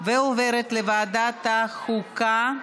ועוברת לוועדת החוקה,